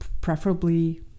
preferably